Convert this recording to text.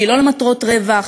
שהיא לא למטרות רווח,